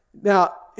Now